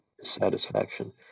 satisfaction